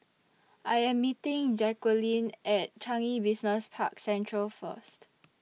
I Am meeting Jacquelin At Changi Business Park Central First